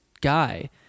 guy